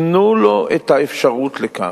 תנו לו את האפשרות לכך.